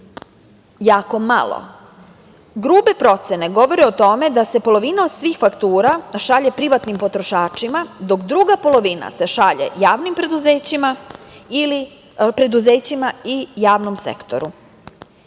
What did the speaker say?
Jako malo. Grube procene govore o tome da se polovina od svih faktura šalje privatnim potrošačima dok druga polovina se šalje javnim preduzećima ili preduzećima